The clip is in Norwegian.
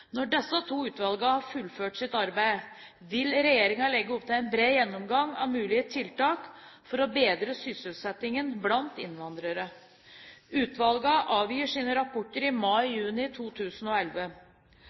Når disse to utvalgene har fullført sitt arbeid, vil regjeringen legge opp til en bred gjennomgang av mulige tiltak for å bedre sysselsettingen blant innvandrere. Utvalgene avgir sine rapporter i